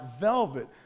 velvet